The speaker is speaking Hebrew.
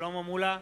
שלמה מולה,